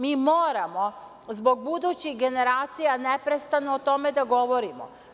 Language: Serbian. Mi moramo zbog budućih generacija neprestano o tome da govorimo.